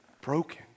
broken